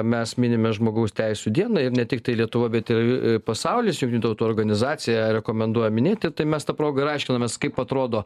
mes minime žmogaus teisių dieną ir ne tiktai lietuva bet ir pasaulis jungtinių tautų organizacija rekomenduoja minėti tai mes ta proga ir aiškinamės kaip atrodo